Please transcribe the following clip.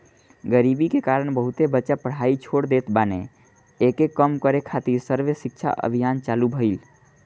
गरीबी के कारण बहुते बच्चा पढ़ाई छोड़ देत बाने, एके कम करे खातिर सर्व शिक्षा अभियान चालु भईल